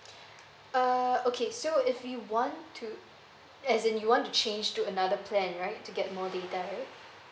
err okay so if you want to as in you want to change to another plan right to get more data right